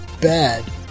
bad